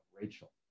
Rachel